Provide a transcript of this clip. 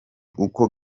uko